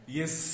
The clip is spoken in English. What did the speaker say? yes